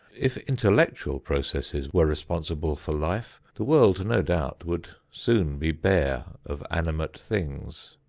if intellectual processes were responsible for life, the world no doubt would soon be bare of animate things.